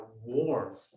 war